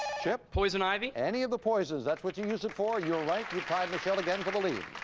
chip? poison ivy. any of the poisons. that's what you use it for. you're right, you've tied michelle again for the lead.